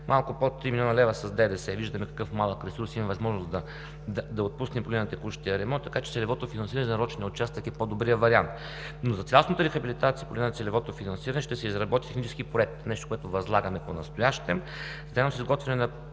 малко под три милиона лева с ДДС – виждаме какъв малък ресурс имаме възможност да отпуснем по линия на текущия ремонт, така че целевото финансиране за нарочения участък е по-добрият вариант. Но за цялостната рехабилитация по линия на целевото финансиране ще се изработи технически проект, нещо, което възлагаме понастоящем. Изготвяне на